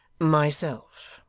myself.